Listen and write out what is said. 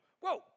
whoa